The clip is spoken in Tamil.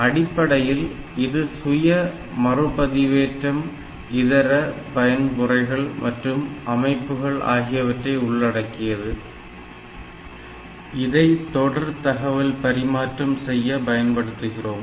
அடிப்படையில் இது சுய மறுபதிவேற்றம் இதர பயன் முறைகள் மற்றும் அமைப்புகள் ஆகியவற்றை உள்ளடக்கியது இதை தொடர் தகவல் பரிமாற்றம் செய்ய பயன்படுத்துகிறோம்